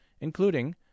including